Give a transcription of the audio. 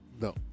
No